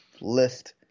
list